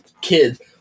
kids